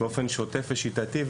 באופן שוטף ושיטתי.